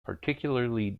particularly